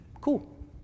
cool